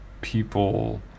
people